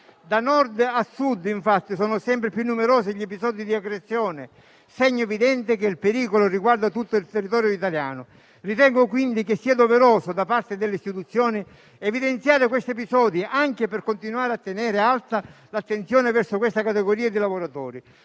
Da Nord a Sud sono sempre più numerosi gli episodi di aggressione, segno evidente che il pericolo riguarda tutto il territorio italiano. Ritengo quindi doveroso da parte delle istituzioni evidenziare questi episodi, anche per continuare a tenere alta l'attenzione verso questa categoria di lavoratori,